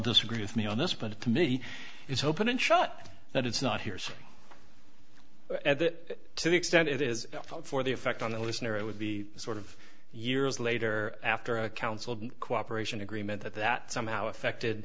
disagree with me on this but to me it's open and shut that it's not hearsay that to the extent it is for the effect on the listener it would be sort of years later after a council cooperation agreement that somehow affected